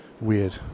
weird